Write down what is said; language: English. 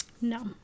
No